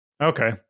okay